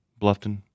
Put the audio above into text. Bluffton